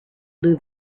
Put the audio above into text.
blue